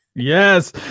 Yes